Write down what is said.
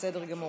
בסדר גמור.